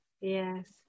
Yes